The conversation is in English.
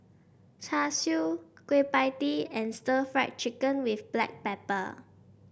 Char Siu Kueh Pie Tee and Stir Fried Chicken with Black Pepper